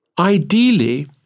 Ideally